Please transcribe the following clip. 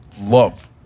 love